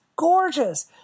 gorgeous